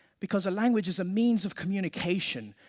because a language is a means of communication,